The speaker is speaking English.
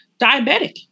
diabetic